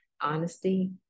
Honesty